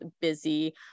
busy